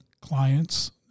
clients